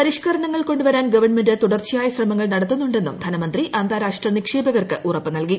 പരിഷ്കരണങ്ങൾ കൊണ്ടു വരാൻ ഗവൺമെന്റ് തുടർച്ചയായ ശ്രമങ്ങൾ നടത്തുന്നുണ്ടെന്നും ധനമന്ത്രി അന്താരാഷ്ട്ര നിക്ഷേപകർക്ക് ഉറപ്പ് നൽകി